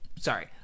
Sorry